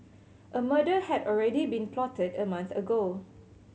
a murder had already been plotted a month ago